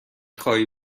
خواهی